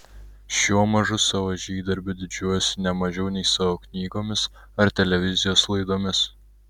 šiuo mažu savo žygdarbiu didžiuojuosi ne mažiau nei savo knygomis ar televizijos laidomis